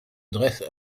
dresse